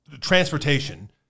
transportation